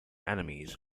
enemies